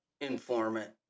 informant